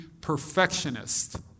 perfectionist